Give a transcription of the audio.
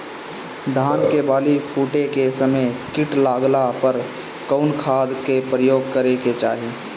धान के बाली फूटे के समय कीट लागला पर कउन खाद क प्रयोग करे के चाही?